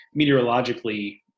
meteorologically